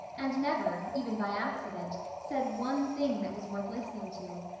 and never, even by accident, said one thing that was worth listening to.